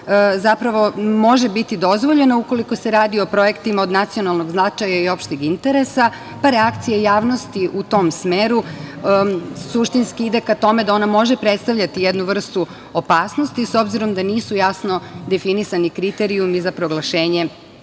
može biti dozvoljena ukoliko se radi o projektima od nacionalnog značaja i opšteg interesa, pa reakcija javnosti u tom smeru suštinski ide ka tome da ona može predstavljati jednu vrstu opasnosti, s obzirom da nisu jasno definisani kriterijumi za proglašenje